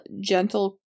gentle-